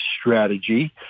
strategy